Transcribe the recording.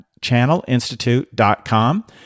channelinstitute.com